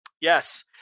Yes